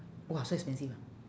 !wah! so expensive ah